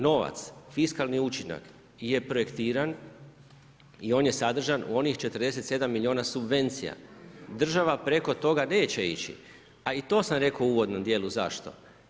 Novac, fiskalni učinak je projektiran i on je sadržan u onih 47 milijuna subvencija, država preko toga neće ići, a i to sam rekao u uvodnom dijelu zašto.